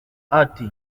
ati